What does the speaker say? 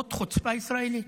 זאת חוצפה ישראלית.